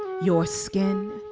your skin,